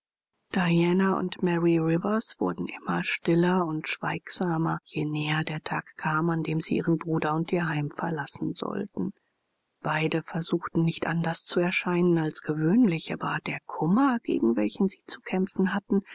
diana und mary rivers wurden immer stiller und schweigsamer je näher der tag kam an dem sie ihren bruder und ihr heim verlassen sollten beide versuchten nicht anders zu erscheinen als gewöhnlich aber der kummer gegen welchen sie zu kämpfen hatten